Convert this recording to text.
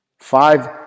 Five